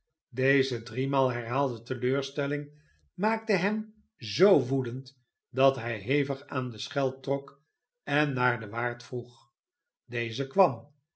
deze driemaal herhaalde teleurstelling maakte hem zoo woedend dat hij hevig aan de schel trok en naar den waard vroeg deze kwam